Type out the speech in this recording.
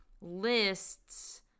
lists